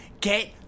Get